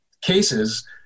cases